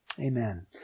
Amen